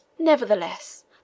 Nevertheless